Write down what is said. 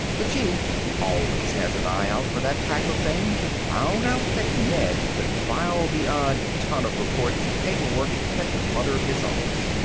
the chief, who always has an eye out for that type of thing, found out that ned could file the odd ton of reports and paperwork that cluttered his office.